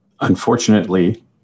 Unfortunately